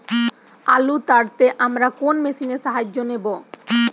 আলু তাড়তে আমরা কোন মেশিনের সাহায্য নেব?